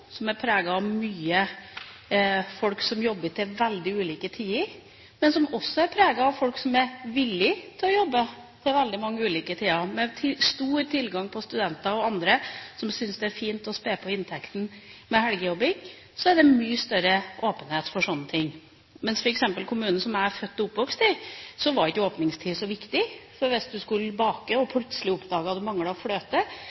som er preget av mange folk som jobber til veldig ulike tider, men som også er preget av folk som er villige til å jobbe til veldig mange ulike tider, med stor tilgang på studenter og andre som syns det er fint å spe på inntekten med helgejobbing, er det mye større åpenhet for slike ting – mens f.eks. i kommunen som jeg er født og oppvokst i, var ikke åpningstider så viktig. Hvis man skulle bake og plutselig oppdaget at man manglet fløte,